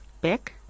back